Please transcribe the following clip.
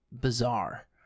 bizarre